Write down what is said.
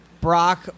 Brock